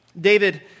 David